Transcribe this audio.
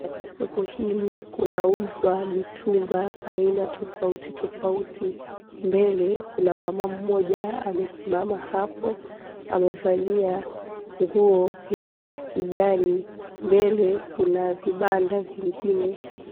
Soko hili kunauzwa mitumba aina tofauti tofauti, mbele kuna mama mmoja amesimama hapo, amevalia nguo ya kijani, mbele kuna vibanda vingine.